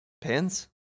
Pins